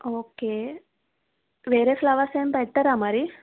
okay వేరే flowers ఏమి పెట్టరా మరి